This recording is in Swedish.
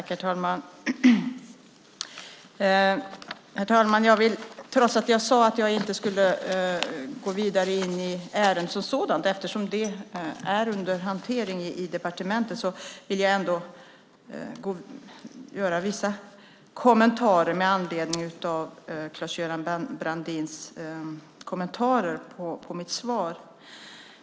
Herr talman! Trots att jag sade att jag inte skulle gå vidare in i ärendet som sådant eftersom det är under hantering i departementet vill jag göra vissa kommentarer med anledning av vad Claes-Göran Brandin sade om mitt svar.